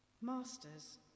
masters